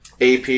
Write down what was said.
AP